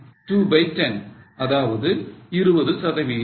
2 by 10 அதாவது 20 சதவிகிதம்